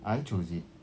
I choose it